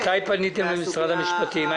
מתי פניתם למשרד המשפטים?